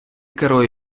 керує